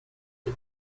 die